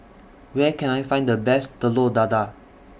Where Can I Find The Best Telur Dadah